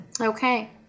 okay